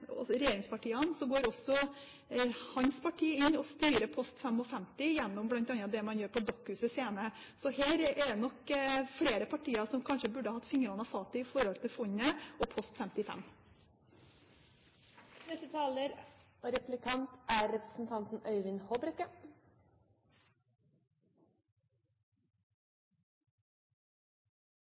går også hans parti inn og styrer post 55, bl.a. gjennom det man gjør på Dokkhuset Scene. Så her er det nok flere partier som kanskje burde hatt fingrene av fatet i forhold til fondet og post 55.